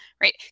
right